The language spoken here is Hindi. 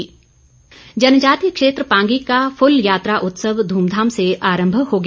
फूल यात्रा जनजातीय क्षेत्र पांगी का फूल यात्रा उत्सव ध्मधाम से आरम्भ हो गया